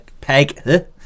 Peg